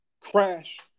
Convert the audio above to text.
crash